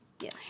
Yes